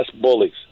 bullies